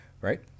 right